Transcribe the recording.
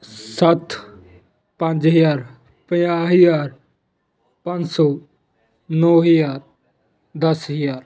ਸੱਤ ਪੰਜ ਹਜ਼ਾਰ ਪੰਜਾਹ ਹਜ਼ਾਰ ਪੰਜ ਸੌ ਨੌ ਹਜ਼ਾਰ ਦਸ ਹਜ਼ਾਰ